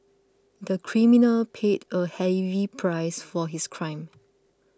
the criminal paid a heavy price for his crime